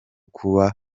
kuba